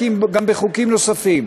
כי אם גם בחוקים נוספים.